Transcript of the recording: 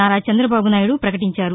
నారా చంద్రదబాబు నాయుడు పకటించారు